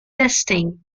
testing